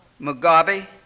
Mugabe